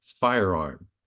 firearm